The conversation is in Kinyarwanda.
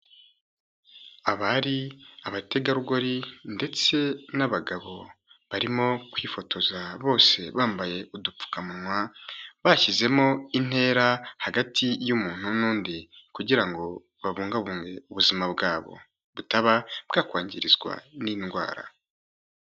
Abari, abategarugori ndetse n'abagabo barimo kwifotoza bose bambaye udupfukamunwa, bashyizemo intera hagati y'umuntu n'undi kugira ngo babungabunge ubuzima bwabo, butaba bwakwangirizwa n'indwara.